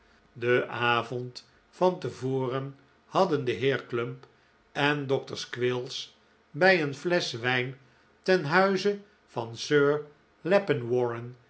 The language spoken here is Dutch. den avond van te voren hadden de heer clump en dr squills bij een flesch wijn ten huize van sir